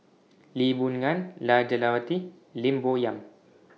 Lee Boon Ngan Jah Lelawati Lim Bo Yam